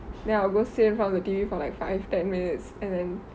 then I will go sit in front of the T_V for like five ten minutes and then